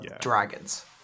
dragons